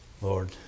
Lord